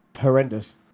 horrendous